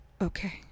Okay